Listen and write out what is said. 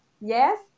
yes